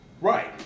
Right